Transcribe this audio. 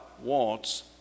wants